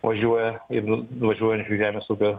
važiuoja ir nu važiuojančių žemės ūkio